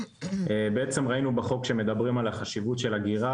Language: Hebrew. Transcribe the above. בעצם ראינו בחוק שמדברים על החשיבות של אגירה